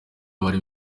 bari